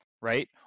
right